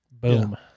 Boom